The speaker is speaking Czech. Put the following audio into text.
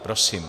Prosím.